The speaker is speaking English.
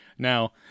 Now